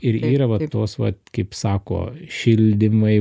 ir yra va tos vat kaip sako šildymai